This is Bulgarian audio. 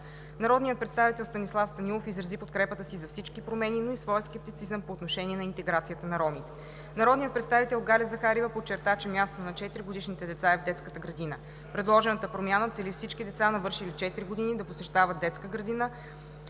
Народният представител Станислав Станилов изрази подкрепата си за всички промени, но и своя скептицизъм по отношение на интеграцията на ромите. Народният представител Галя Захариева подчерта, че мястото на 4-годишните деца е в детската градина. Предложената промяна цели всички деца, навършили 4 години, да посещават детска градина,